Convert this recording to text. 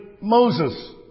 Moses